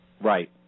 Right